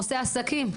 עושה עסקים.